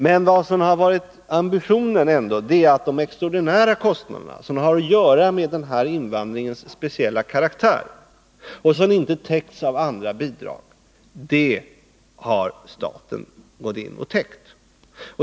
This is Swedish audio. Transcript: Men ambitionen har varit att de extraordinära kostnaderna, som har att göra med den här invandringens speciella karaktär och som inte täckts av andra bidrag, harstaten gått in och täckt.